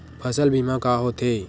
फसल बीमा का होथे?